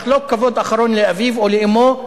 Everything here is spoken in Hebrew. לחלוק כבוד אחרון לאביו או לאמו.